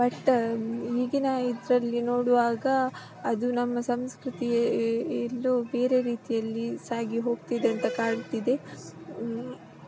but ಈಗಿನ ಇದರಲ್ಲಿ ನೋಡುವಾಗ ಅದು ನಮ್ಮ ಸಂಸ್ಕೃತಿಗೆ ಎಲ್ಲೋ ಬೇರೆ ರೀತಿಯಲ್ಲಿ ಸಾಗಿ ಹೋಗ್ತಿದೆಂತ ಕಾಣ್ತಿದೆ